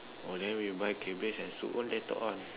oh then we buy cabbage and soup on later on